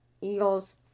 Eagles